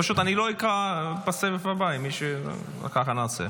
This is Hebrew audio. פשוט לא אקרא בסבב הבא, כך נעשה.